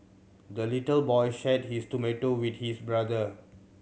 the little boy shared his tomato with his brother